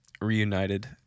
reunited